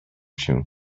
się